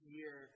year